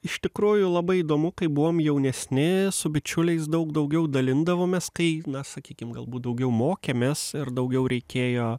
iš tikrųjų labai įdomu kaip buvom jaunesni su bičiuliais daug daugiau dalindavomės kaip na sakykim galbūt daugiau mokėmės ir daugiau reikėjo